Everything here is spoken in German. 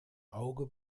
auge